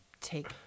take